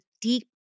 deep